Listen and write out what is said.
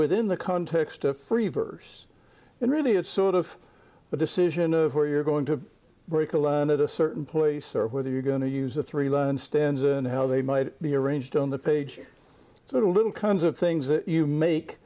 within the context of free verse and really it's sort of the decision of where you're going to break a line at a certain place or whether you're going to use the three line stands and how they might be arranged on the page it's a little kinds of things that you make